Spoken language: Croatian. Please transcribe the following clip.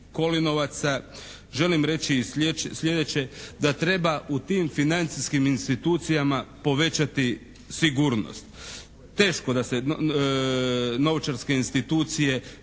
Kolinovaca" želim reći sljedeće, da treba u tim financijskim institucijama povećati sigurnost. Teško da se novčarske institucije,